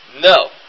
No